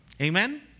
Amen